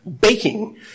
baking